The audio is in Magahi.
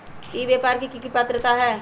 ई व्यापार के की की फायदा है?